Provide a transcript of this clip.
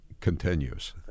continues